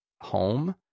home